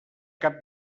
cap